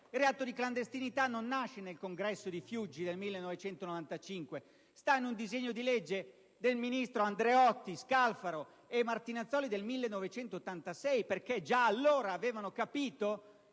Il reato di clandestinità non nasce nel congresso di Fiuggi del 1995: sta in un disegno di legge dei ministri Andreotti, Scalfaro e Martinazzoli del 1986. Già allora era chiaro